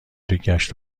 گشت